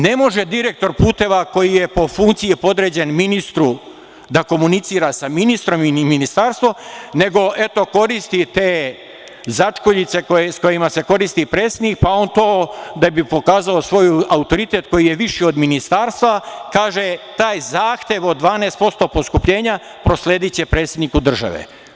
Ne može direktor puteva, koji je po funkciji podređen ministru, da komunicira sa ministrom ni ministarstvo, nego eto, koristi te začkoljice sa kojima se koristi predsednik, pa on to da bi pokazao svoj autoritet, koji je viši od ministarstva, kaže – taj zahtev od 12% poskupljenja proslediće predsedniku države.